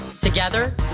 Together